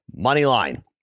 Moneyline